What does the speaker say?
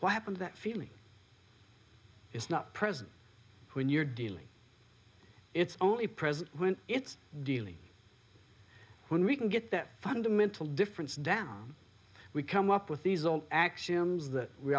what happened that feeling is not present when you're dealing it's only present when it's dealing when we can get that fundamental difference down we come up with these old axioms that we